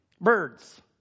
birds